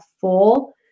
full